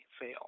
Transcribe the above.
fail